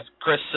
Chris